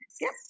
Yes